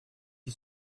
qui